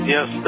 Yes